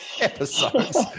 episodes